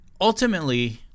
Ultimately